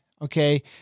Okay